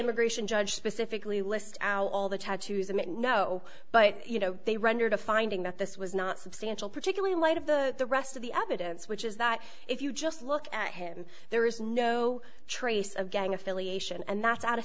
immigration judge specifically list out all the tattoos and no but you know they rendered a finding that this was not substantial particularly in light of the rest of the of events which is that if you just look at him there is no trace of gang affiliation and that's out of